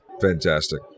Fantastic